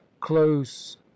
close